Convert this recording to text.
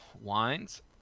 wines